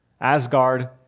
Asgard